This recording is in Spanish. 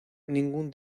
ningún